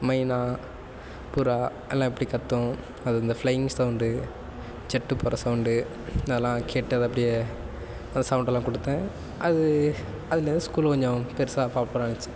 மைனா புறா எல்லாம் எப்படி கத்தும் அதுமாதிரி ஃப்ளையிங் சவுண்டு ஜெட்டு போகிற சவுண்டு நான் அதெல்லாம் கேட்டு அதை அப்படியே அந்த சவுண்டெல்லாம் கொடுத்தேன் அது அதிலிருந்து ஸ்கூல்ல கொஞ்சம் பெருசாக பாப்புலர் ஆணுச்சு